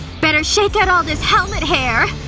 better shake out all this helmet hair